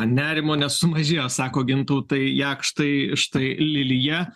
nerimo nesumažėjo sako gintautai jakštai štai lilija